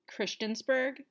Christiansburg